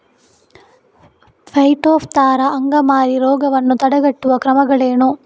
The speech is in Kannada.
ಪೈಟೋಪ್ತರಾ ಅಂಗಮಾರಿ ರೋಗವನ್ನು ತಡೆಗಟ್ಟುವ ಕ್ರಮಗಳೇನು?